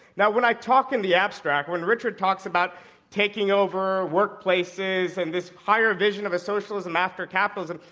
now, when i talk in the abstract, when richard talks about taking over workplaces and this higher vision of a socialism after capitalism,